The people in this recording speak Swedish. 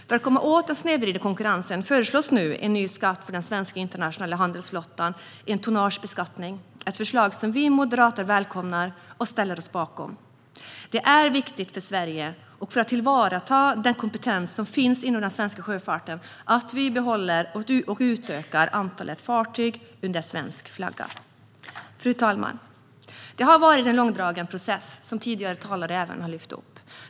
För att komma åt den snedvridna konkurrensen föreslås nu en ny skatt för den svenska internationella handelsflottan - en tonnagebeskattning. Det är ett förslag som vi moderater välkomnar och ställer oss bakom. Det är viktigt för Sverige och för att tillvarata den kompetens som finns inom den svenska sjöfarten att vi behåller och utökar antalet fartyg under svensk flagg. Fru talman! Som tidigare talare har lyft fram har det varit en långdragen process.